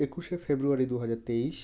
একুশে ফেব্রুয়ারি দু হাজার তেইশ